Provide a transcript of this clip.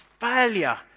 failure